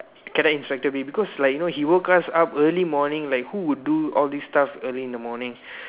can the instructor be because like you know he woke us up early morning like who would do all these stuff early in the morning